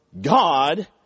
God